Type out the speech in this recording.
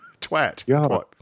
Twat